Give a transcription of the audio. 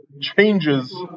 changes